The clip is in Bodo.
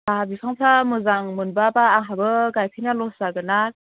साहा बिफांफ्रा मोजां मोनबोआबा आंहाबो गायफैना लस जागोन ना